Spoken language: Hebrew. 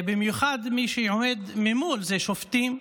במיוחד, מי שעומד ממול הם שופטים,